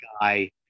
guy